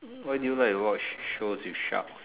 why do you like to watch shows with sharks